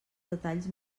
detalls